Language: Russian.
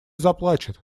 заплачет